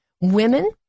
women